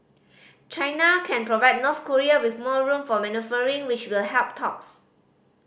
China can provide North Korea with more room for manoeuvring which will help talks